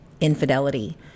infidelity